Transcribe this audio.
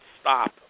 stop